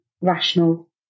rational